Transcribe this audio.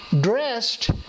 dressed